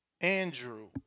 Andrew